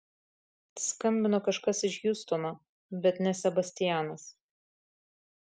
skambino kažkas iš hjustono bet ne sebastianas